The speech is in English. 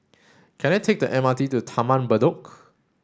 can I take the M R T to Taman Bedok